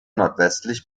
nordwestlich